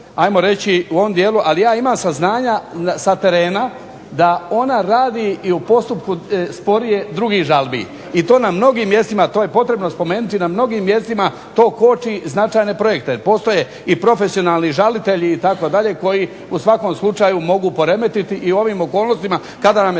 ajmo reći u ovom dijelu, ali ja imam saznanja sa terena da ona radi i u postupku sporije drugih žalbi i to na mnogim mjestima, to je potrebno spomenuti na mnogim mjestima to koči značajne projekte. Postoje i profesionalni žalitelji itd. koji u svakom slučaju mogu poremetiti i u ovim okolnostima kada nam je